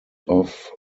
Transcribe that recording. off